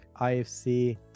IFC